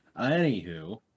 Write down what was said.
Anywho